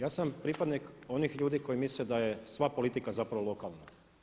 Ja sam pripadnik onih ljudi koji misle da je sva politika zapravo lokalna.